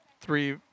Three